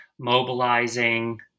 mobilizing